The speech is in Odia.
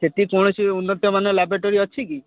ସେଠି କୌଣସି ଉନ୍ନତମାନ ଲାବୋରଟୋରୀ ଅଛି କି